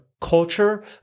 culture